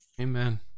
Amen